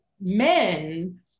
men